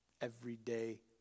everyday